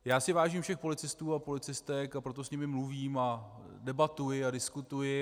Já si vážím všech policistů a policistek, a proto s nimi mluvím a debatuji a diskutuji.